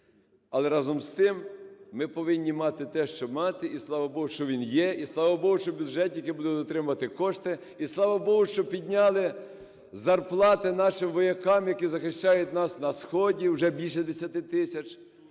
Але, разом з тим, ми повинні мати те, що мати, і слава Богу, що він є, і слава Богу, що бюджет, який буде отримувати кошти, і слава Богу, що підняли зарплати нашим воякам, які захищають нас на сході – вже більше 10 тисяч,